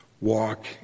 walk